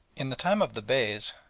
in the time of the beys,